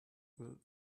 will